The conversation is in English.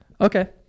Okay